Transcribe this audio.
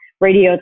radio